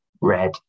red